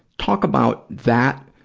talk about that,